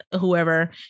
whoever